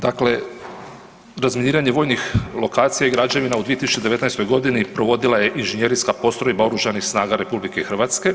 Dakle, razminiranje vojnih lokacija i građevina u 2019.g. provodila je Inženjerijska postrojba oružanih snaga RH.